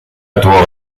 obtuvo